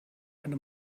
eine